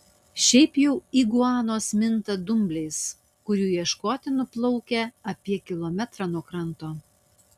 šiaip jau iguanos minta dumbliais kurių ieškoti nuplaukia apie kilometrą nuo kranto